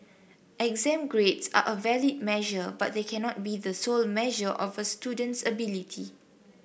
exam grades are a valid measure but they cannot be the sole measure of a student's ability